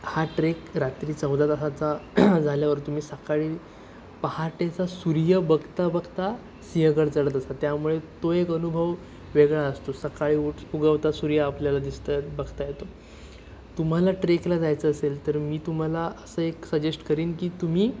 हा ट्रेक रात्री चौदा तासाचा झाल्यावर तुम्ही सकाळी पहाटेचा सूर्य बघता बघता सिंहगड चढत असता त्यामुळे तो एक अनुभव वेगळा असतो सकाळी उठ उगवता सूर्य आपल्याला दिसता येत बघता येतो तुम्हाला ट्रेकला जायचं असेल तर मी तुम्हाला असं एक सजेस्ट करेन की तुम्ही